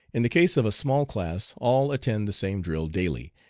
in the case of a small class all attend the same drill daily,